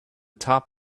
top